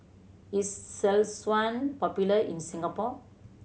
is Selsun popular in Singapore